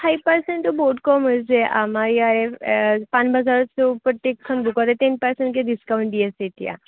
five পাৰ্চেণ্টতো বহুত কম হৈছে আমাৰ ইয়াৰে পাণবজাৰততো প্ৰত্যেকখন দোকানতে টেন পাৰ্চেণ্টকৈ ডিছকাউণ্ট দি আছে এতিয়া